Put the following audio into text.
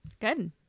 Good